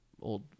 Old